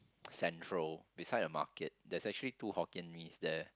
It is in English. central beside a market there's actually two Hokkien-Mees there